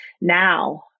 now